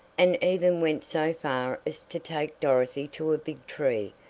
and even went so far as to take dorothy to a big tree,